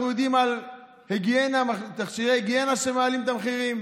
אנחנו יודעים על תכשירי היגיינה שבהם מעלים את המחירים.